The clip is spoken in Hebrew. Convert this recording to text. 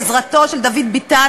בעזרתו של דוד ביטן,